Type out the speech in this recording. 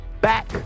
back